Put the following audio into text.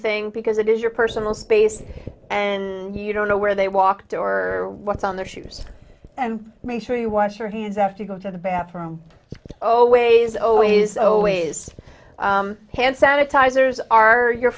because it is your personal space and you don't know where they walked or what's on their shoes and make sure you wash your hands after you go to the bathroom oh ways always always hand sanitizers are your